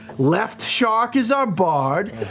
left shark is our bard,